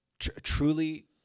truly